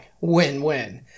Win-win